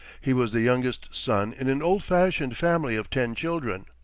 he was the youngest son in an old-fashioned family of ten children.